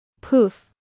Poof